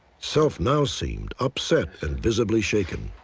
self now seemed upset and visibly shaken.